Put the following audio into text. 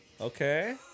Okay